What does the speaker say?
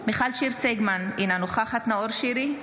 בהצבעה מיכל שיר סגמן, אינה נוכחת נאור שירי,